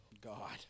God